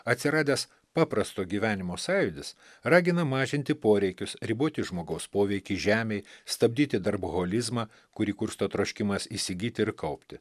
atsiradęs paprasto gyvenimo sąjūdis ragina mažinti poreikius riboti žmogaus poveikį žemei stabdyti darbo holizmą kurį kursto troškimas įsigyti ir kaupti